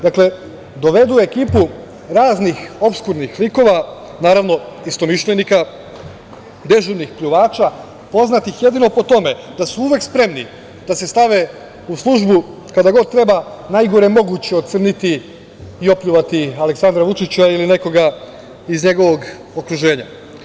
Dakle, dovedu ekipu raznih opskurnih likova, naravno istomišljenika, dežurnih pljuvača, poznatih jedino po tome da su uvek spremni da se stave u službu kada god treba najgore moguće ocrniti i opljuvati Aleksandra Vučića ili nekoga iz njegovog okruženja.